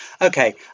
Okay